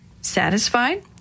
satisfied